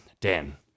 Dan